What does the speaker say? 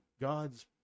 God's